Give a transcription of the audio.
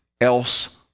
else